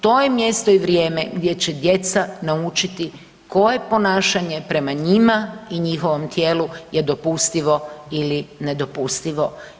To je mjesto i vrijeme gdje će djeca naučiti koje ponašanje prema njima i njihovom tijelu je dopustivo ili nedopustivo.